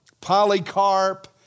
Polycarp